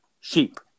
sheep